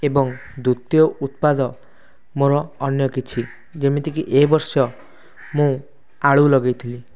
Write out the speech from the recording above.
ଏବଂ ଦ୍ୱିତୀୟ ଉତ୍ପାଦ ମୋର ଅନ୍ୟ କିଛି ଯେମିତିକି ଏ ବର୍ଷ ମୁଁ ଆଳୁ ଲଗେଇଥିଲି